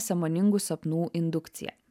sąmoningų sapnų indukcija